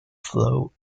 flow